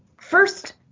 first